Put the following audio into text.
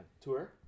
tour